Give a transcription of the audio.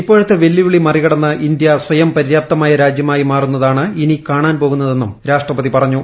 ഇപ്പോഴത്തെ വെല്ലുവിളി മറികടന്ന് ഇന്ത്യ സ്വയം പര്യാപ്തമായ രാജ്യമായി മാറുന്നതാണ് ഇനി കാണാൻ പോകുന്നതെന്നും രാഷ്ട്രപതി പറഞ്ഞു